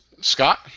Scott